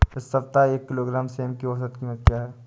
इस सप्ताह एक किलोग्राम सेम की औसत कीमत क्या है?